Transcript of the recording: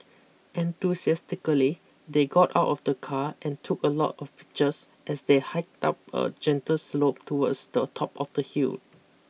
enthusiastically they got out of the car and took a lot of pictures as they hiked up a gentle slope towards the top of the hill